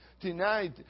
tonight